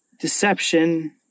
deception